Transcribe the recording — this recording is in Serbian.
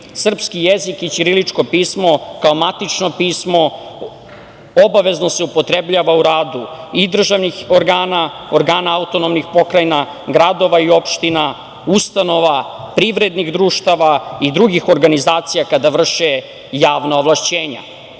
Srpski jezik i ćirilično pismo kao matično pismo obavezno se upotrebljava u radu i državnih organa, organa autonomnih pokrajina, gradova i opština, ustanova, privrednih društava i drugih organizacija kada vrše javna ovlašćenja,